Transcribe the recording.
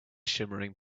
shimmering